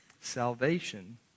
Salvation